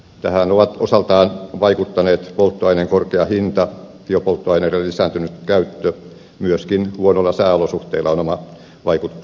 tähän ovat osaltaan vaikuttaneet polttoaineen korkea hinta biopolttoaineiden lisääntynyt käyttö myöskin huonoilla sääolosuhteilla on oma vaikutuksensa